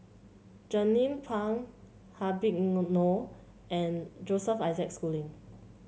Jernnine Pang Habib Noh Noh and Joseph Isaac Schooling